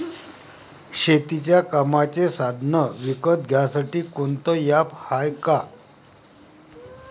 शेतीच्या कामाचे साधनं विकत घ्यासाठी कोनतं ॲप हाये का?